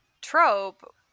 trope